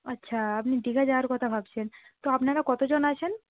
আচ্ছা আপনি দীঘা যাওয়ার কথা ভাবছেন তো আপনারা কতোজন আছেন